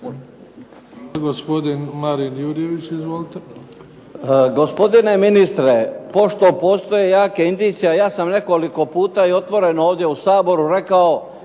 Gospodine ministre, pošto postoje jake indicije, a ja sam nekoliko puta i otvoreno ovdje u Saboru rekao